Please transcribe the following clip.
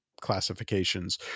classifications